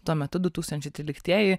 tuo metu du tūkstančiai tryliktieji